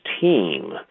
team